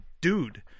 dude